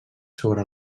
sobre